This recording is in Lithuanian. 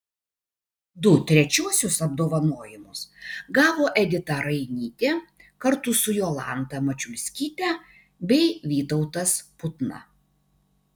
du trečiuosius apdovanojimus gavo edita rainytė kartu su jolanta mačiulskyte bei vytautas putna